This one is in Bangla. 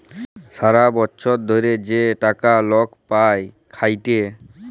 ছারা বচ্ছর ধ্যইরে যে টাকা লক পায় খ্যাইটে